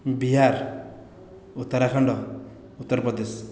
Bihar Uttarakhand Uttar Pradesh